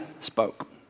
spoke